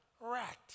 rat